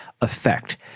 effect